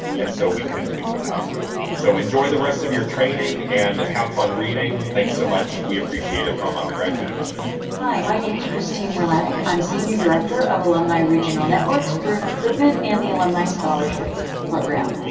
and so we couldn't do without you. so enjoy the rest of your training and have fun reading. thanks so much, we appreciate it from undergraduate admissions. hi my name is kristine werlinich. i'm senior director of alumni regional networks, bruin recruitment, and the alumni scholarship program.